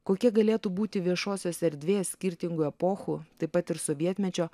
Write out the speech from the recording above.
kokia galėtų būti viešosios erdvės skirtingų epochų taip pat ir sovietmečio